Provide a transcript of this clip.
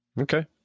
Okay